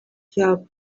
help